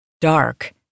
dark